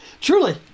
Truly